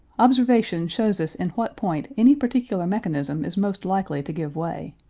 observation shows us in what point any particular mechanism is most likely to give way.